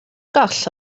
goll